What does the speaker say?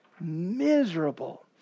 Miserable